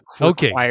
Okay